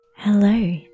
Hello